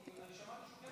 יכול להיות שהוא יבוא.